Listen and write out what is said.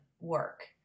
work